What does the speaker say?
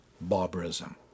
barbarism